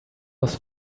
was